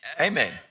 Amen